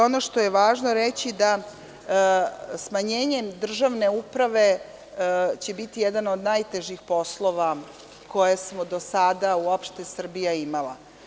Ono što je važno reći jeste da će smanjenje državne uprave biti jedan od najtežih poslova koje je do sada uopšte Srbija imala.